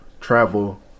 travel